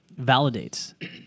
validates